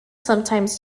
sometimes